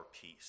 peace